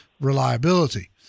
reliability